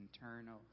internal